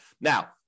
Now